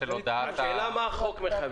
השאלה מה החוק מחייב.